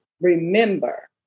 remember